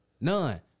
None